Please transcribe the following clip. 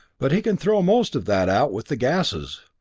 but he can throw most of that out with the gases.